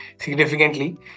significantly